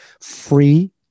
free